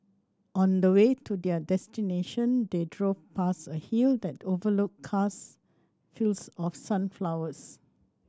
on the way to their destination they drove past a hill that overlooked cast fields of sunflowers